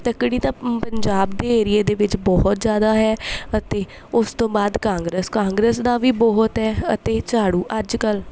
ਤੱਕੜੀ ਤਾਂ ਪੰਜਾਬ ਦੇ ਏਰੀਏ ਦੇ ਵਿੱਚ ਬਹੁਤ ਜ਼ਿਆਦਾ ਹੈ ਅਤੇ ਉਸ ਤੋਂ ਬਾਅਦ ਕਾਂਗਰਸ ਕਾਂਗਰਸ ਦਾ ਵੀ ਬਹੁਤ ਹੈ ਅਤੇ ਝਾੜੂ ਅੱਜ ਕੱਲ੍ਹ